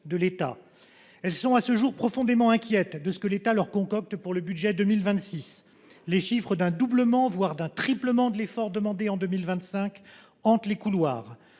de l'État. Elles sont à ce jour profondément inquiètes de ce que l'État leur concocte pour le budget 2026. les chiffres d'un doublement voire d'un triplement de l'effort demandé en 2025 hantent les couloirs.